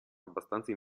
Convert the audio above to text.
abbastanza